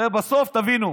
הרי בסוף, תבינו,